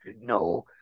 no